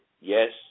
yes